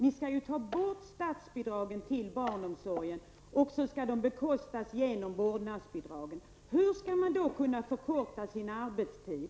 Ni skall ju ta bort statsbidragen till barnomsorgen, som i stället skall bekostas genom vårdnadsbidraget. Hur skall man då kunna förkorta sin arbetstid?